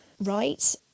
right